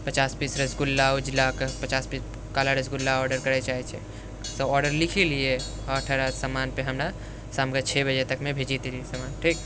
पचास पीस रसगुल्ला उजलाके पचास पीस काला रसगुल्ला ऑडर करैलए चाहै छिए सब ऑडर लिखि लिए आओर थोड़ा सामान फेर हमरा शामके छह बजे तकमे भेज दिए सामान ठीक